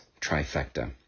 trifecta